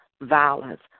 violence